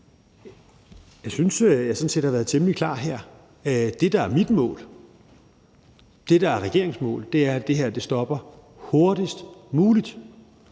jeg sådan set har været temmelig klar her. Det, der er mit mål, det, der er regeringens mål, er, at det her stopper hurtigst muligt